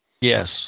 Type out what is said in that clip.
Yes